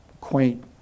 quaint